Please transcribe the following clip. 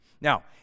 Now